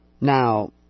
Now